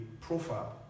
profile